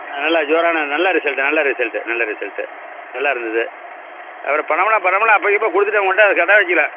நல்லா ஜோரான நல்ல ரிசல்ட்டு நல்ல ரிசல்ட்டு நல்ல ரிசல்ட்டு நல்லா இருந்தது அப்புறம் பணமெல்லாம் பணமெல்லாம் அப்போக்கி அப்போ கொடுத்துட்டேன் உங்கள்ட்ட அதை கடன் வைச்சிக்கல